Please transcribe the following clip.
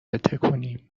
بتکونیم